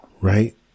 Right